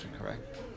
correct